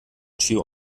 tür